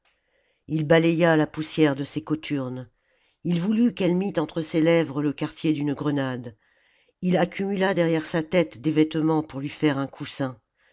ii balaya la poussière de ses cothurnes il voulut qu'elle mit entre ses lèvres le quartier d'une grenade il accumula derrière sa tête des vêtements pour lui faire un coussin